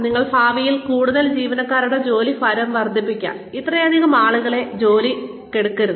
നിങ്ങൾക്ക് ഭാവിയിൽ കൂടുതൽ ജീവനക്കാരുടെ ജോലിഭാരം വർധിപ്പിക്കാം ഇത്രയധികം ആളുകളെ ജോലിക്കെടുക്കരുത്